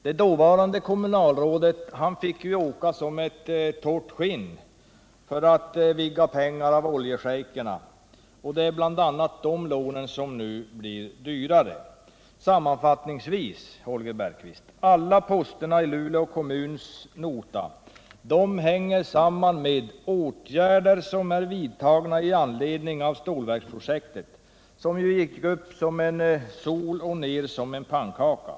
Det dåvarande kommunalrådet fick åka som ett torrt skinn och vigga pengar av oljeschejkerna, och det är bl.a. dessa lån som nu blivit dyrare. Sammanfattningsvis vill jag säga till Holger Bergqvist att alla poster i Luleå kommuns nota hänger samman med åtgärder som är vidtagna med anledning av stålverksprojektet, som ju gick upp som en sol och ner som en pannkaka.